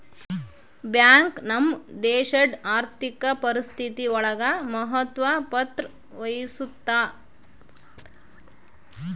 bank ನಮ್ ದೇಶಡ್ ಆರ್ಥಿಕ ಪರಿಸ್ಥಿತಿ ಒಳಗ ಮಹತ್ವ ಪತ್ರ ವಹಿಸುತ್ತಾ